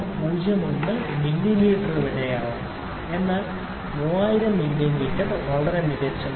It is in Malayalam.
01 മില്ലീമീറ്റർ വരെയാകാം എന്നാൽ 3000 മില്ലീമീറ്റർ മികച്ചതാണ്